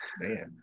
man